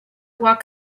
walk